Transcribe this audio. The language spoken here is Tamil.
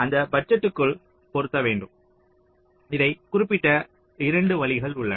அந்த பட்ஜெட்டுக்குள் பொருத்த வேண்டும் இதை குறிப்பிட 2 வழிகள் உள்ளன